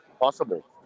possible